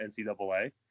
NCAA